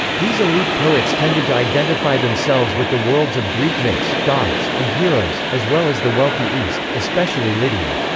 these elite poets tended to identify themselves with the worlds of greek myths, gods, and heroes, as well as the wealthy east, especially lydia.